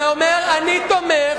זה אומר: אני תומך,